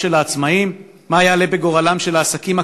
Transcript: מה יעלה בגורלם של העצמאים?